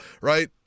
Right